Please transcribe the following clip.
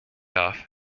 off